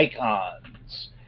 Icons